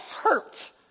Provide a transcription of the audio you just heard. hurt